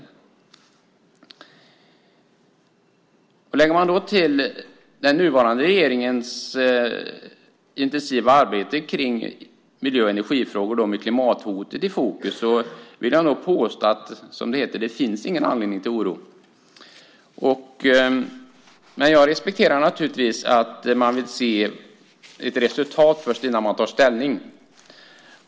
Om vi lägger till den nuvarande regeringens intensiva arbete kring miljö och energifrågor med klimathotet i fokus vill jag nog påstå att det, som det heter, inte finns någon anledning till oro. Men jag respekterar naturligtvis att man vill se ett resultat innan man tar ställning.